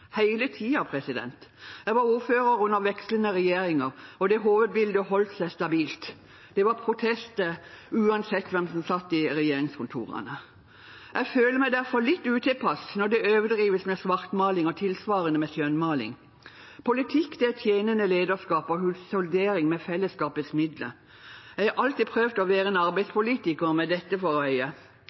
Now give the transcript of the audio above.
Jeg var ordfører under vekslende regjeringer, og det hovedbildet holdt seg stabilt. Det var protester uansett hvem som satt i regjeringskontorene. Jeg føler meg derfor litt utilpass når det overdrives med svartmaling og tilsvarende med skjønnmaling. Politikk er tjenende lederskap og husholdering med fellesskapets midler. Jeg har alltid prøvd å være en arbeidspolitiker med dette for øye,